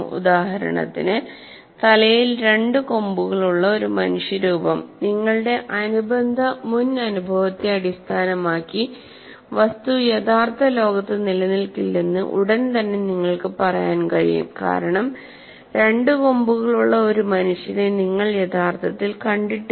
ഉദാഹരണത്തിന് തലയിൽ രണ്ട് കൊമ്പുകളുള്ള ഒരു മനുഷ്യരൂപംനിങ്ങളുടെ അനുബന്ധ മുൻ അനുഭവത്തെ അടിസ്ഥാനമാക്കി വസ്തു യഥാർത്ഥ ലോകത്ത് നിലനിൽക്കില്ലെന്ന് ഉടൻ തന്നെ നിങ്ങൾക്ക് പറയാൻ കഴിയും കാരണം രണ്ട് കൊമ്പുകളുള്ള ഒരു മനുഷ്യനെ നിങ്ങൾ യഥാർത്ഥത്തിൽ കണ്ടിട്ടില്ല